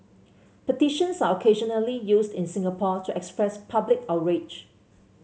petitions are occasionally used in Singapore to express public outrage